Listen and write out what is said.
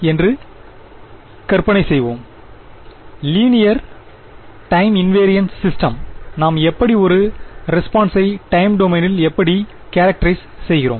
என்று கற்பனை செய்வோம் லீனியர் டைம் இன்வாரியன்ஸ் சிஸ்டம் நாம் எப்படி ஒரு ரெஸ்பான்ஸை டைம் டொமைனில் எப்படி கேரக்டரிஸ் செய்கிறோம்